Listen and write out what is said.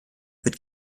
wird